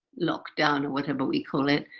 locked down, or whatever we call it,